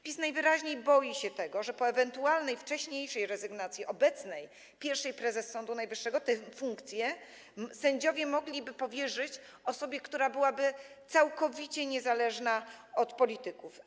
PiS najwyraźniej boi się tego, że po ewentualnej wcześniejszej rezygnacji obecnej pierwszej prezes Sądu Najwyższego tę funkcję sędziowie mogliby powierzyć osobie, która byłaby całkowicie niezależna od polityków.